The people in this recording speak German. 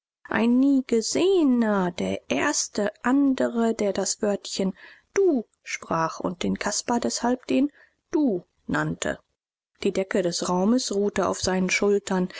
ein niegesehener der erste andre der das wörtchen du sprach und den caspar deshalb den du nannte die decke des raumes ruhte auf seinen schultern